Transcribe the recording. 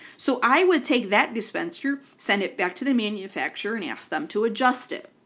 so i would take that dispenser, send it back to the manufacturer, and ask them to adjust it.